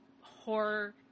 horror